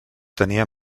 tenia